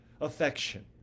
affection